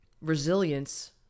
resilience